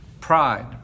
pride